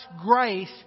grace